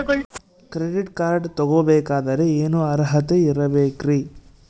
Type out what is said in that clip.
Credit card ತೊಗೋ ಬೇಕಾದರೆ ಏನು ಅರ್ಹತೆ ಇರಬೇಕ್ರಿ?